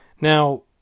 Now